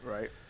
right